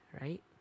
Right